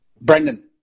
Brendan